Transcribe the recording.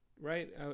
Right